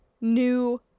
new